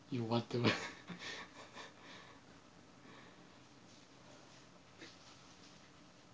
you want to